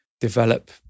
develop